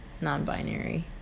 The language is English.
non-binary